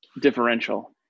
differential